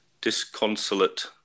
disconsolate